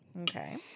Okay